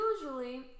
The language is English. usually